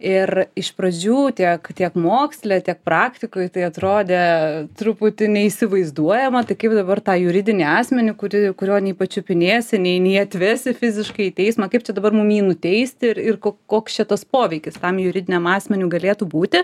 ir iš pradžių tiek tiek moksle tiek praktikoj tai atrodė truputį neįsivaizduojama tai kaip dabar tą juridinį asmenį kurį kurio nei pačiupinėsi nei nei atvesi fiziškai į teismą kaip čia dabar mum jį nuteisti ir ir koks čia tas poveikis tam juridiniam asmeniui galėtų būti